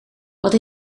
wat